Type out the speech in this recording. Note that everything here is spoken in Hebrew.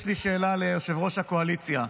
יש לי שאלה ליושב-ראש הקואליציה.